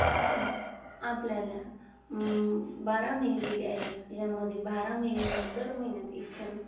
आपण आपल्याला बारा महिने दिले आहेत यामध्ये बारा महिन्यामध्ये दर महिन्यात एक सण